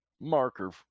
marker